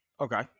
Okay